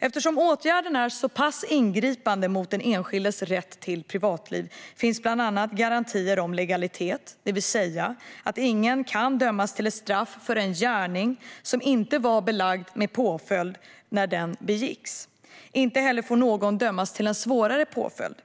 Eftersom åtgärderna är så pass ingripande mot den enskildes rätt till privatliv finns bland annat garantier om legalitet, det vill säga att ingen kan dömas till ett straff för en gärning som inte var belagd med påföljd när den begicks. Inte heller får någon dömas till en svårare påföljd.